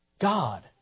God